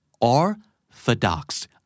orthodox